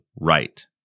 right